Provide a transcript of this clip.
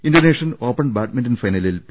Indonesian open badminton ഫൈനലിൽ P